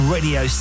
Radio